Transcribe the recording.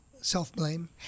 Self-blame